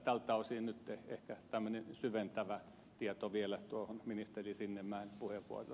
tältä osin nyt ehkä tämmöinen syventävä tieto vielä tuohon ministeri sinnemäen puheenvuoroon